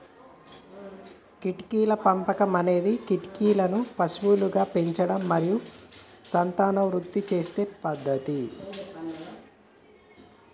కీటకాల పెంపకం అనేది కీటకాలను పశువులుగా పెంచడం మరియు సంతానోత్పత్తి చేసే పద్ధతి